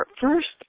first